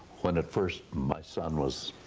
when at first my son was